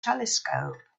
telescope